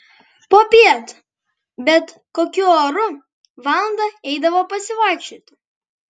popiet bet kokiu oru valandą eidavo pasivaikščioti